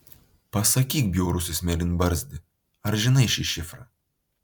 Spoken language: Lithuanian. pasakyk bjaurusis mėlynbarzdi ar žinai šį šifrą